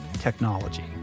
technology